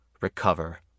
recover